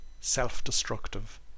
self-destructive